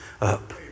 up